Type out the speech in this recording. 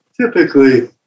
Typically